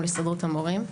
מול הסתדרות המורים.